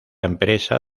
empresa